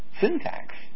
syntax